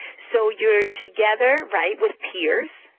so you're together, right, with peers,